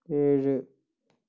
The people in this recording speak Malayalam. ഏഴ്